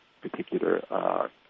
particular